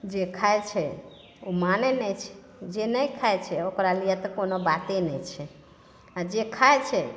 जे खाइ छै ओ मानै नहि छै जे नहि खाइ छै ओकरा लिए तऽ कोनो बाते नहि छै आ जे खाइ छै